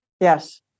Yes